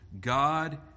God